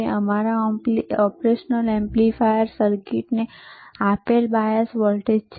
તે તમારા operational amplifier સર્કિટને આપેલ બાયસ વોલ્ટેજ છે